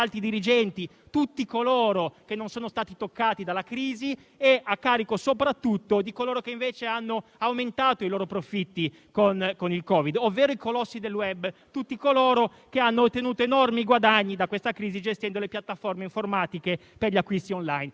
tutti coloro che non sono stati toccati dalla crisi e a carico soprattutto di coloro che invece hanno aumentato i loro profitti con il Covid-19, ovvero i colossi del *web* e tutti coloro che hanno ottenuto enormi guadagni da questa crisi, gestendo le piattaforme informatiche per gli acquisti *on line*.